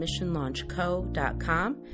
missionlaunchco.com